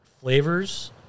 flavors